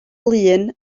lŷn